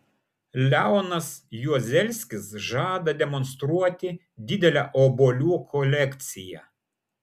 leonas juozelskis žada demonstruoti didelę obuolių kolekciją